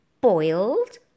boiled